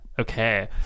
Okay